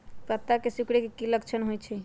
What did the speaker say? पत्ता के सिकुड़े के की लक्षण होइ छइ?